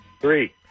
Three